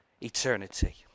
eternity